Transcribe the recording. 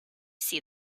see